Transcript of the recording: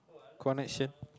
connection